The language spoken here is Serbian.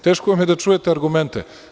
Teško vam je da čujete argumente.